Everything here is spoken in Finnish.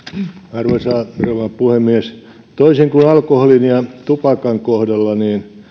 arvoisa rouva puhemies toisin kuin alkoholin ja tupakan kohdalla